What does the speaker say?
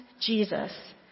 Jesus